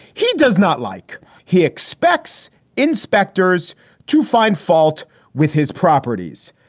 he does not like. he expects inspectors to find fault with his properties,